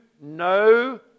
no